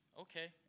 okay